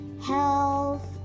health